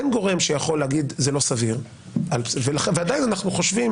אין גורם שיכול להגיד זה לא סביר ועדיין אנחנו חושבים